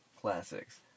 classics